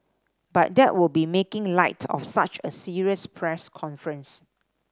but that would be making light of such a serious press conference